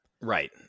right